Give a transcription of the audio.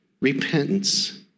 repentance